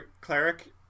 cleric